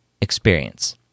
experience